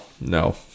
No